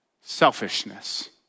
selfishness